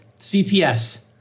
CPS